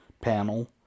panel